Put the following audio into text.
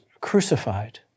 crucified